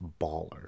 baller